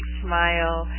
smile